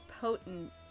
potent